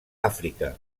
àfrica